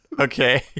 okay